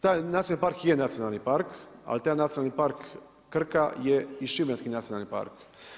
Taj, nacionalni park je nacionalni park ali taj Nacionalni park Krka je i šibenski nacionalni park.